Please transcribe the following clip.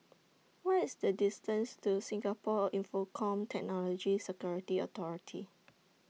What IS The distance to Singapore Infocomm Technology Security Authority